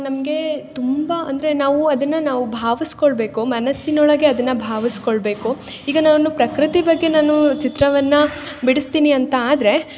ನಮಗೆ ತುಂಬ ಅಂದರೆ ನಾವು ಅದನ್ನು ನಾವು ಭಾವಿಸ್ಕೊಳ್ಬೇಕು ಮನಸ್ಸಿನೊಳಗೆ ಅದನ್ನು ಭಾವಿಸ್ಕೊಳ್ಬೇಕು ಈಗ ನಾನು ಪ್ರಕೃತಿ ಬಗ್ಗೆ ನಾನು ಚಿತ್ರವನ್ನು ಬಿಡಿಸ್ತೀನಿ ಅಂತ ಆದರೆ